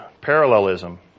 parallelism